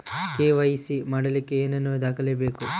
KYC ಮಾಡಲಿಕ್ಕೆ ಏನೇನು ದಾಖಲೆಬೇಕು?